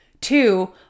Two